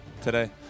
today